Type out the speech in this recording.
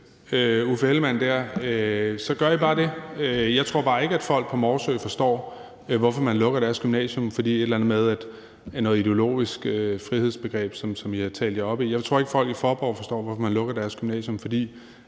Uffe Ellemann-ting, så gør I bare det. Jeg tror bare ikke, at folk i Morsø forstår, hvorfor man lukker deres gymnasium, fordi der er et eller andet med et ideologisk frihedsbegreb, som I har talt op. Jeg tror ikke, at folk i Faaborg forstår, hvorfor man lukker deres gymnasium, fordi